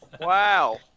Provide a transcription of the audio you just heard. Wow